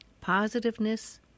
positiveness